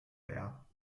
leer